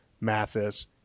Mathis